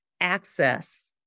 access